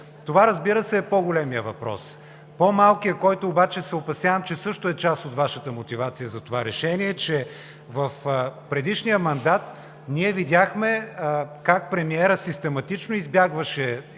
Разбира се, това е по-големият въпрос. По-малкият, който обаче се опасявам, че също е част от Вашата мотивация за това решение – в предишния мандат видяхме как премиерът систематично избягваше